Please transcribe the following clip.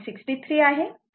63 आहे